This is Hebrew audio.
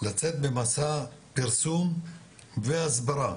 לצאת במסע פרסום והסברה,